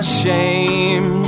shame